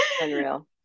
Unreal